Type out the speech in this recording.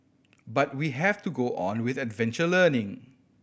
but we have to go on with adventure learning